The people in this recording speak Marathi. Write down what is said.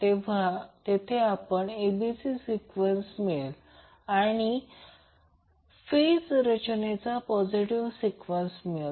तेव्हा तेथे आपल्याला abc सिक्वेन्स मिळेल किंवा फेज रचनेचा पॉझिटिव्ह सिक्वेन्स मिळेल